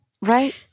Right